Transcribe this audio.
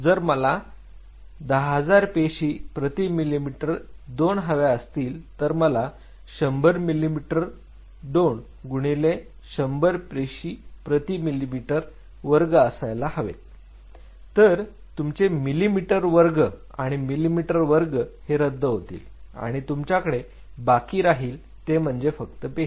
जर मला 10000 पेशी प्रति मिलिमीटर 2 हव्या असतील सर मला 100 मिलिमीटर 2 गुणिले 100 पेशी प्रति मिलिमीटर वर्ग असायला हवे तर तुमचे मिलिमीटर वर्ग आणि मिलिमीटर वर्ग हे रद्द होतील आणि तुमच्याकडे बाकी राहील ते म्हणजे फक्त पेशी